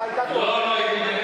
אתה לא תוכל להתמודד עם